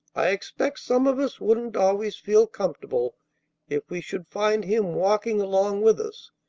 i expect some of us wouldn't always feel comfortable if we should find him walking along with us,